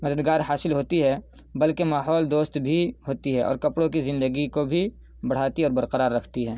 مددگار حاصل ہوتی ہے بلکہ ماحول دوست بھی ہوتی ہے اور کپڑوں کی زندگی کو بھی بڑھاتی اور برقرار رکھتی ہے